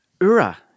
Ura